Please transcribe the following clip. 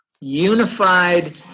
unified